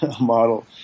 model